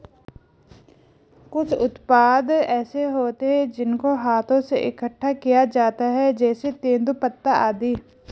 कुछ उत्पाद ऐसे होते हैं जिनको हाथों से इकट्ठा किया जाता है जैसे तेंदूपत्ता आदि